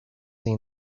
have